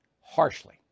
harshly